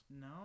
No